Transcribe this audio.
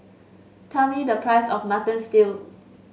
tell me the price of Mutton Stew